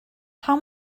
how